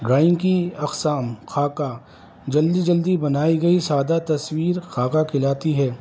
drawing کی اقسام خاکہ جلدی جلدی بنائی گئی سادہ تصویر خاکہ کہلاتی ہے